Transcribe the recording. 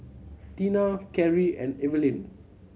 Tina Karie and Evaline